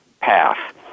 path